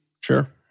Sure